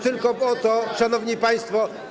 Tylko o to, szanowni państwo.